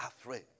afraid